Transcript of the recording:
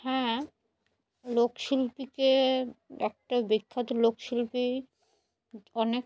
হ্যাঁ লোকশিল্পীকে একটা বিখ্যাত লোকশিল্পী অনেক